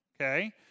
okay